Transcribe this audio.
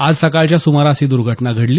आज सकाळच्या सुमारास ही दुर्घटना घडली